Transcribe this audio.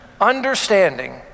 understanding